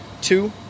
two